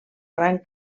gran